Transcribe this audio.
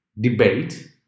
debate